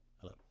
Hello